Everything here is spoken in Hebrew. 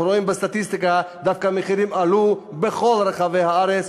אנחנו רואים בסטטיסטיקה שהמחירים דווקא עלו בכל רחבי הארץ.